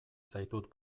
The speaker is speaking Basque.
zaitut